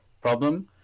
problem